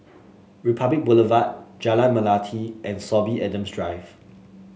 Republic Boulevard Jalan Melati and Sorby Adams Drive